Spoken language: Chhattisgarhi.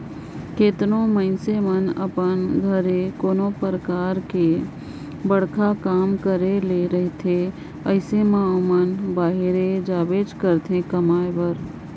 केतनो मइनसे मन अपन घरे कोनो परकार कर बड़खा काम करे ले रहथे अइसे में ओमन बाहिरे जाबेच करथे कमाए बर